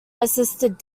assisted